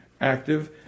active